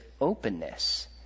openness